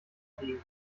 fliegen